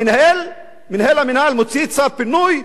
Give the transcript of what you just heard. מנהל המינהל מוציא צו פינוי,